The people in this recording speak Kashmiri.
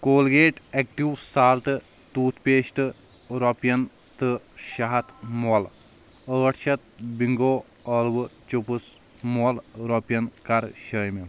Colgate active salt toothpaste رۄپٮ۪ن تہٕ شیٚے ہتھ مۄل ٲٹھ شیٚتھ بِنٛگو ٲلوٕ چِپس مۄل رۄپٮ۪ن کر شٲمِل